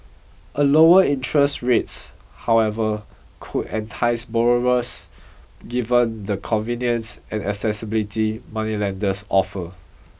the lower interest rates however could entice borrowers given the convenience and accessibility moneylenders offer